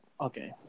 Okay